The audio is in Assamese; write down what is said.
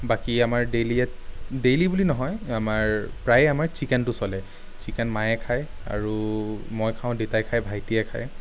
বাকী আমাৰ ডেইলী ডেইলী বুলি নহয় আমাৰ প্ৰায়েই আমাৰ চিকেনটো চলে চিকেন মায়ে খায় আৰু মই খাওঁ দেউতাই খায় ভাইটিয়ে খায়